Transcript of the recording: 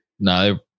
No